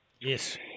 Yes